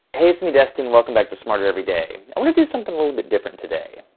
hey it's me destin, welcome back to smarter every day. i want to do something a little bit different today,